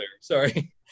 Sorry